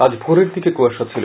আজ ভোরের দিকে কুয়াশা ছিল